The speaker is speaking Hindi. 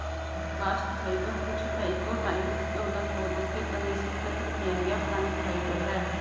बास्ट फाइबर कुछ डाइकोटाइलडोनस पौधों के तने से एकत्र किया गया प्लांट फाइबर है